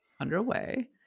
underway